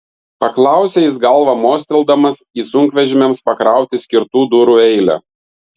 paklausė jis galva mostelėdamas į sunkvežimiams pakrauti skirtų durų eilę